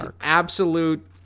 Absolute